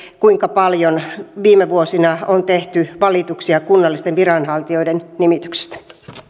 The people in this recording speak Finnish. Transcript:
kuinka paljon viime vuosina on tehty valituksia kunnallisten viranhaltijoiden nimityksistä